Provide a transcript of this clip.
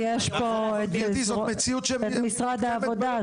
יש פה את משרד העבודה,